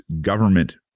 government